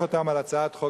הצעת החוק